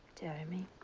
jeremy.